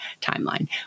timeline